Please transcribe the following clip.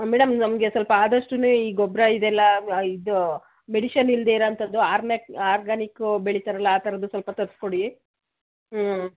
madam ನಮಗೆ ಸ್ವಲ್ಪ ಆದಷ್ಟು ಈ ಗೊಬ್ಬರ ಇದೆಲ್ಲ ಇದು ಮೆಡಿಶನ್ ಇಲ್ಲದೆ ಇರೋಂಥದ್ದು ಆರ್ನೆಕ್ ಆರ್ಗಾನಿಕ್ಕೂ ಬೆಳೀತಾರಲ್ಲ ಆ ಥರದ್ದು ಸ್ವಲ್ಪ ತರಿಸ್ಕೊಡಿ ಹ್ಞೂ